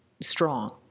strong